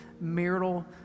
marital